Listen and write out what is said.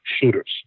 shooters